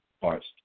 parts